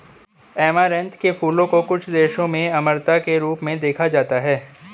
amaranth के फूलों को कुछ देशों में अमरता के रूप में देखा जाता है